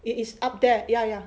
it is up there ya ya